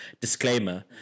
disclaimer